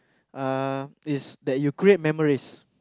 uh is that you create memories